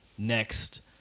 next